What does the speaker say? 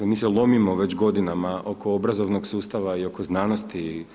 I mi se lomimo već godinama oko obrazovnog sustava i oko znanosti.